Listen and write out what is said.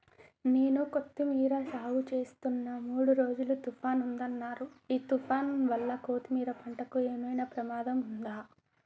నేను కొత్తిమీర సాగుచేస్తున్న మూడు రోజులు తుఫాన్ ఉందన్నరు ఈ తుఫాన్ వల్ల కొత్తిమీర పంటకు ఏమైనా ప్రమాదం ఉందా?